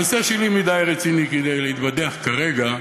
הנושא שלי רציני מכדי להתבדח כרגע.